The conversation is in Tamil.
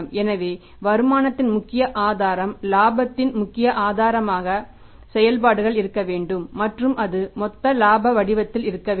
எனவே வருமானத்தின் முக்கிய ஆதாரம் இலாபத்தின் முக்கிய ஆதாரமாக செயல்பாடுகள் இருக்க வேண்டும் மற்றும் அது மொத்த இலாப வடிவத்தில் இருக்க வேண்டும்